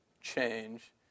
change